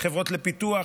חברות לפיתוח,